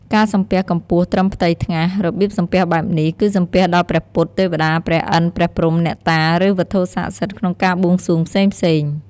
ការសំពះកម្ពស់ត្រឹមផ្ទៃថ្ងាស របៀបសំពះបែបនេះ គឺសំពះដល់ព្រះពុទ្ធ ទេវតា ព្រះឥន្ទ ព្រះព្រហ្ម អ្នកតា ឬ វត្ថុស័ក្តសិទ្ធិក្នុងការបួងសួងផ្សេងៗ។